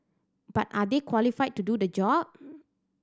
but are they qualified to do the job